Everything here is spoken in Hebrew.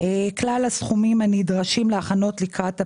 כלל הסכומים הנדרשים להכנות לקראת הבחירות.